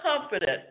confident